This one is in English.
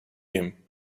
him